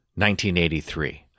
1983